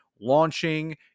launching